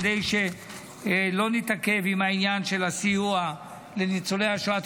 כדי שלא נתעכב עם העניין של הסיוע לניצולי השואה.